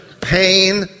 pain